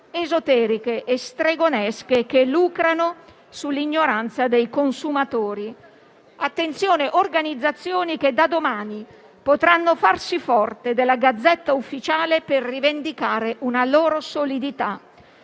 esoteriche e stregonesche che lucrano sull'ignoranza dei consumatori. Tenete conto, poi, che tali organizzazioni da domani potranno farsi forte della *Gazzetta Ufficiale* per rivendicare una loro solidità.